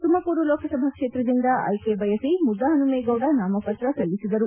ತುಮಕೂರು ಲೋಕಸಭಾ ಕ್ಷೇತ್ರದಿಂದ ಆಯ್ಕೆ ಬಯಸಿ ಮುದ್ದಹನುಮೇಗೌಡ ನಾಮಪತ್ರ ಸಲ್ಲಿಸಿದರು